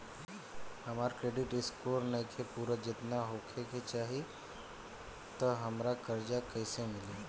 हमार credit score नईखे पूरत जेतना होए के चाही त हमरा कर्जा कैसे मिली?